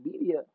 media